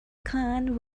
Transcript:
khan